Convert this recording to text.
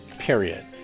Period